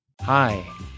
Hi